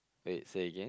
wait say again